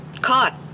caught